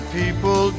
people